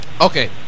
Okay